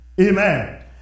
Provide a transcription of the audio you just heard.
Amen